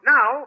Now